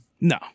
No